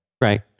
Right